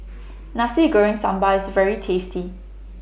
Nasi Goreng Sambal IS very tasty